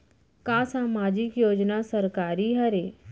का सामाजिक योजना सरकारी हरे?